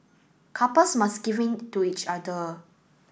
couples must give in to each other